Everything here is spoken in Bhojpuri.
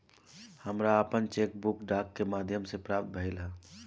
हमरा आपन चेक बुक डाक के माध्यम से प्राप्त भइल ह